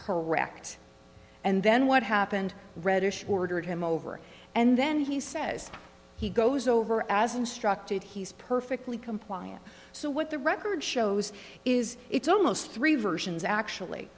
correct and then what happened redish ordered him over and then he says he goes over as instructed he's perfectly compliant so what the record shows is it's almost three versions actually